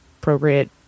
appropriate